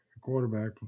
quarterback